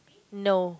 no